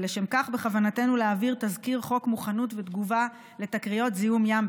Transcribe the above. לשם כך בכוונתנו להעביר תזכיר חוק מוכנות ותגובה על תקריות זיהום ים,